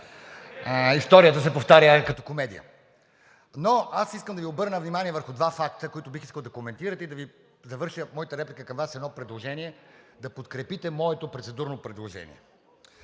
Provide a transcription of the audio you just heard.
Историята се повтаря като комедия. Но аз искам да Ви обърна внимание върху два факта, които бих искал да коментирате, и да завърша моята реплика към Вас с едно предложение – да подкрепите моето процедурно предложение.